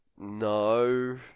no